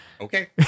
Okay